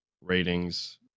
ratings